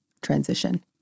transition